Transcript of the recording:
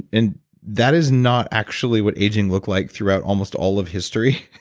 and that is not actually what aging looks like throughout almost all of history,